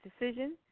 decision